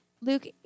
Luke